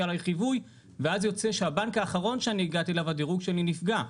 עלי חיווי ואז יוצא שהבנק האחרון שאני הגעתי אליו הדירוג שלי נפגע.